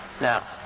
Now